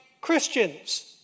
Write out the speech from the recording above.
Christians